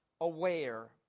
aware